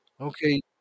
Okay